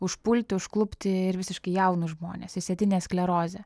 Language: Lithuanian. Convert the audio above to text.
užpulti užklupti ir visiškai jaunus žmones išsėtinė sklerozė